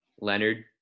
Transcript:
Leonard